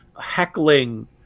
heckling